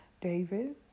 David